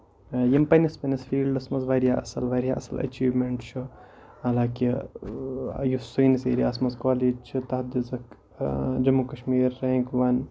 یِم پَنٕنِس پَنٕنِس فیٖلڈس منٛز واریاہ اَصٕل واریاہ اَصٕل ایچیومیٚنٹ چھِ حالانٛکہِ یُس سٲنِس ایریا ہَس منٛز کالج چھِ تَتھ دِژَکھ جموں کَشمیٖر رینک وَن